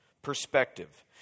Perspective